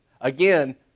Again